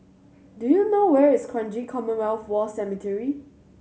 do you know where is Kranji Commonwealth War Cemetery